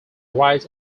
right